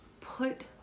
put